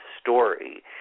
story